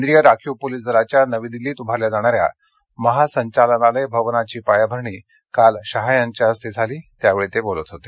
केंद्रीय राखीव पोलीस दलाच्या नवी दिल्लीत उभारल्या जाणाऱ्या महासंचालनालय भवनाची पायाभरणी काल शहा यांच्या हस्ते झाली त्यावेळी ते बोलत होते